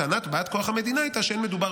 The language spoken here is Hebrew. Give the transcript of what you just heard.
טענת באת כוח המדינה הייתה שאין מדובר